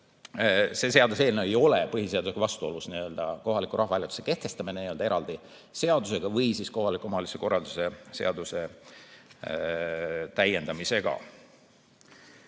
see eelnõu ei ole põhiseadusega vastuolus, kohaliku rahvahääletuse kehtestamine eraldi seadusega või kohaliku omavalitsuse korralduse seaduse täiendamisega.